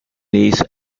these